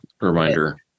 reminder